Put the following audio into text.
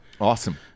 Awesome